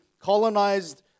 colonized